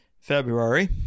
February